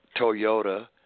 Toyota